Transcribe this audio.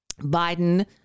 Biden